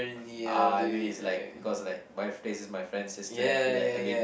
ah is like because like my fr~ this is my friend sister I feel like I mean